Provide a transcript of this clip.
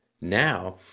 now